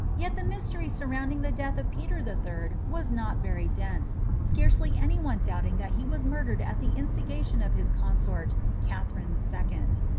yet the mystery surrounding the death of peter the third was not very dense, scarcely any one doubting that he was murdered at the instigation of his consort, catherine the second.